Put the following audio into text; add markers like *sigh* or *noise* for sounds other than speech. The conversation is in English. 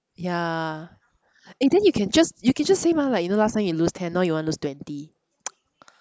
ya eh then you can just you can just say mah like you know last time you lose ten now you want to lose twenty *noise*